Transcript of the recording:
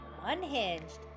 unhinged